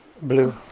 Blue